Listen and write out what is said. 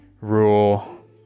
rule